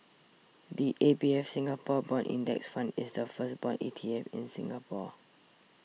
the A B F Singapore Bond Index Fund is the first bond E T F in Singapore